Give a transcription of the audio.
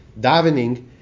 davening